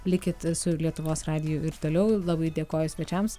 likit su lietuvos radiju ir toliau labai dėkoju svečiams